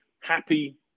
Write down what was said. happy